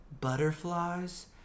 butterflies